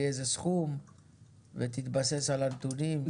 סכום מסוים ושיתבסס על הנתונים האלה.